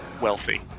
wealthy